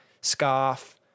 scarf